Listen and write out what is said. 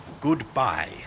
Goodbye